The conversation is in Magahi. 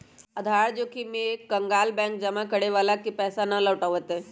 उधार जोखिम में एक कंकगाल बैंक जमा करे वाला के पैसा ना लौटय तय